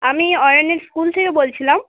আমি অয়নের স্কুল থেকে বলছিলাম